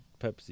Pepsi